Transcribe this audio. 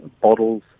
bottles